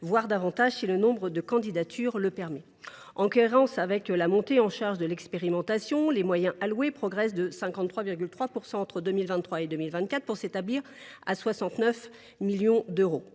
voire davantage, si le nombre de candidatures le permet. En cohérence avec la montée en charge de l’expérimentation, les moyens alloués progressent de 53,3 % entre 2023 et 2024, pour s’établir à 69 millions d’euros.